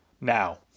Now